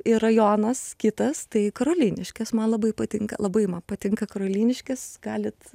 ir rajonas kitas tai karoliniškės man labai patinka labai man patinka karoliniškės galit